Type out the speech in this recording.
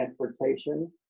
transportation